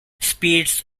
speeds